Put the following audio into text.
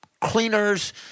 cleaners